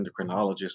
endocrinologist